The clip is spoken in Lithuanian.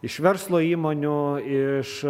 iš verslo įmonių iš